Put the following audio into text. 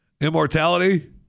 Immortality